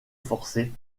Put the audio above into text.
forcée